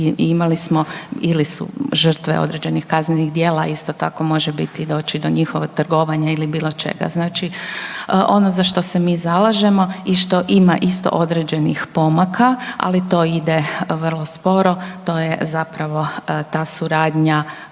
i imali smo, bili su žrtve određenih kaznenih isto tako može biti doći do njihovog trgovanja ili bilo čega. Znači ono za što se i zalažemo i što ima isto određenih pomaka, ali to ide vrlo sporo, to je zapravo ta suradnja